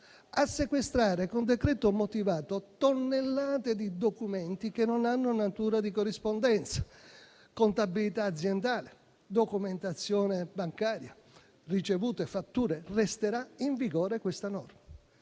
a sequestrare con decreto motivato tonnellate di documenti che non hanno natura di corrispondenza (contabilità aziendale, documentazione bancaria, ricevute e fatture). Questa norma